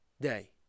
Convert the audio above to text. day